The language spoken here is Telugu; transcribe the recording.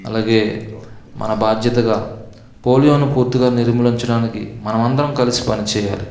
అలాగే మన బాధ్యతగా పోలియోను పూర్తిగా నిర్మూలించడానికి మనమందరం కలిసి పని చెయ్యాలి